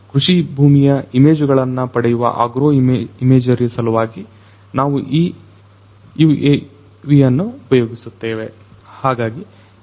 ಕೃಷಿಭೂಮಿಯ ಇಮೇಜುಗಳನ್ನು ಪಡೆಯುವ agro imagery ಸಲುವಾಗಿ ನಾವು ಈ UAVಅನ್ನು ಉಪಯೋಗಿಸುತ್ತೇವೆ